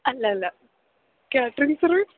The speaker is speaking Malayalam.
അല്ലല്ല കേറ്ററിംഗ് സർവീസ്